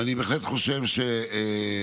ואני בהחלט חושב שהדיון,